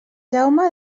jaume